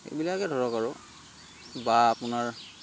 এইবিলাকে ধৰক আৰু বা আপোনাৰ